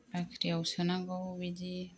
बाख्रियाव सोनांगौ बिदि